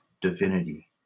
divinity